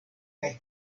kaj